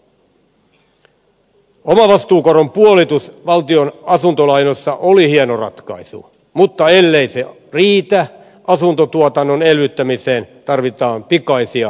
omavastuukoron puolitus valtion asuntolainoissa oli hieno ratkaisu mutta ellei se riitä asuntotuotannon elvyttämiseen tarvitaan pikaisia lisätoimia